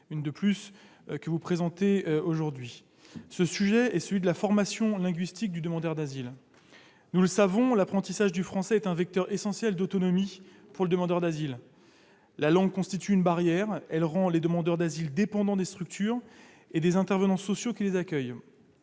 une de plus. Je veux parler de la formation linguistique du demandeur d'asile. Nous le savons, l'apprentissage du français est un vecteur essentiel d'autonomie pour le demandeur d'asile. La langue constitue une barrière ; elle rend les demandeurs d'asile dépendants des structures et des intervenants sociaux qui les accueillent.